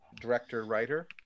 director-writer